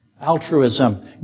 Altruism